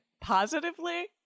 positively